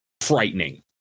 frightening